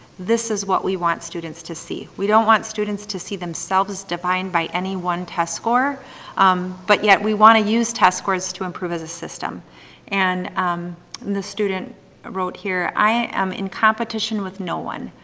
this is what we want students to see. we don't want students to see themselves defined by any one test score but yet we want to use test scores to improve as a system and the student wrote here, i am in competition with no one.